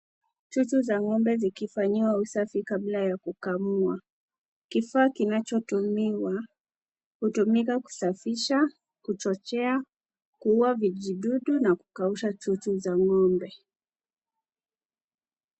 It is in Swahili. Chuchu za ng'ombe zikifanyiwa usafi kabla ya kukamua. Kifaa kinachotumiwa hutumika kusafisha, kuchochea, kuua vijidudu na kukausha chuchu za ng'ombe.